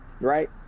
Right